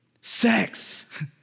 sex